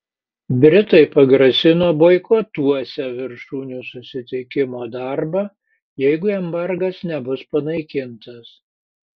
britai pagrasino boikotuosią viršūnių susitikimo darbą jeigu embargas nebus panaikintas